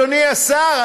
אדוני השר,